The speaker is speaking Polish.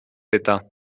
pyta